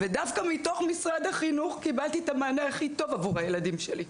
ודווקא מתוך משרד החינוך קיבלתי את המענה הכי טוב עבור הילדים שלי.